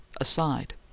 aside